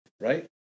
right